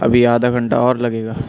ابھی آدھا گھنٹہ اور لگے گا